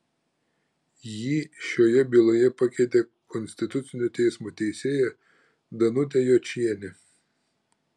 jį šioje byloje pakeitė konstitucinio teismo teisėja danutė jočienė